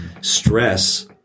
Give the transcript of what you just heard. Stress